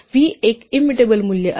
v एक immutable मूल्य असेल